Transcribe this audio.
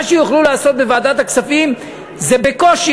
מה שיוכלו לעשות בוועדת הכספים זה בקושי